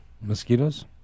mosquitoes